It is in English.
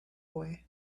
away